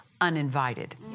uninvited